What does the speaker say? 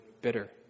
bitter